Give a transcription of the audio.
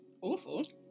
awful